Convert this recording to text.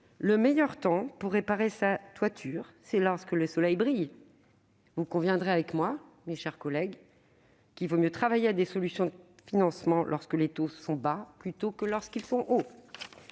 le meilleur temps pour réparer sa toiture, c'est lorsque le soleil brille ». Vous conviendrez avec moi, mes chers collègues, qu'il vaut mieux travailler à des solutions de financement lorsque les taux sont bas, plutôt que lorsqu'ils sont hauts.